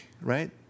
right